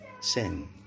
sin